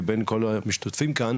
מבין כל המשתתפים כאן,